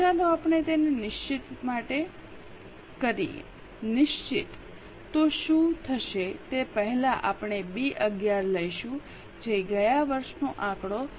ચાલો આપણે તેને નિશ્ચિત માટે કરીએ નિશ્ચિત તો શું થશે તે પહેલાં આપણે બી 11 લઈશું જે ગયા વર્ષનો આંકડો 0